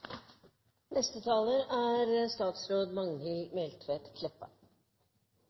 Neste taler er